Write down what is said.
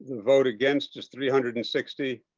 vote against is three hundred and sixty.